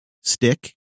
stick